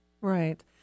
Right